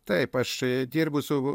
taip aš dirbu su